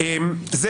--- הליך חקירה.